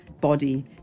body